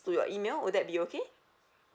to your email would that be okay